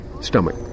stomach